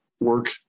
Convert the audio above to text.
work